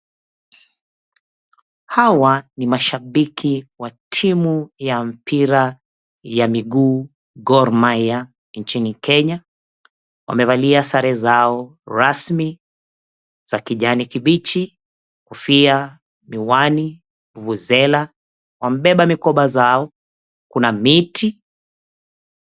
Hawa ni mashabiki wa timu ya mpira ya miguu Gor Mahia nchini Kenya. Wamevalia sare zao rasmi za kijani kibichi, kofia, miwani, vuvuzela, wamebeba mikoba zao, kuna miti.